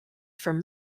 from